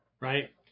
right